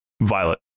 Violet